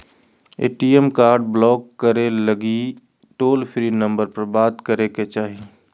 ATM card block करे लगी toll free number पर बात करे के चाही